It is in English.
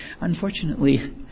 Unfortunately